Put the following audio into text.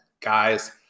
guys